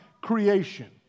creation